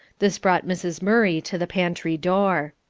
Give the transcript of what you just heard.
this brought mrs. murray to the pantry door.